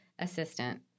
Assistant